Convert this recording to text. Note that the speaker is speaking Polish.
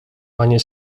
panie